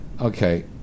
Okay